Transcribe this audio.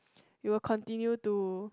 you will continue to